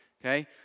okay